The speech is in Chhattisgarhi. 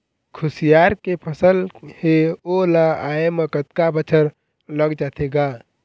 खुसियार के फसल हे ओ ला आय म कतका बछर लग जाथे गा?